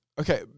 Okay